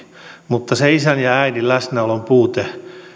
mutta se isän ja äidin läsnäolon puute